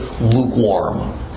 lukewarm